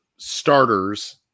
starters